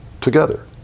together